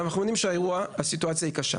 אנחנו יודעים שהסיטואציה היא קשה.